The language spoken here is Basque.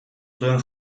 zuen